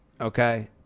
okay